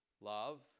love